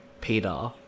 peter